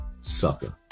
sucker